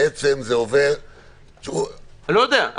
אני לא יודע.